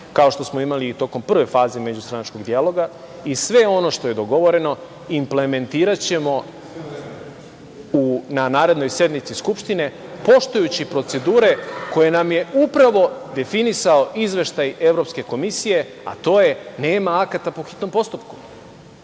kao što smo imali i tokom prve faze međustranačkog dijaloga i sve ono što je dogovoreno implementiraćemo na narednoj sednici Skupštine, poštujući procedure koje nam je upravo definisao izveštaj evropske komisije, a to je - nema akata po hitnom postupku,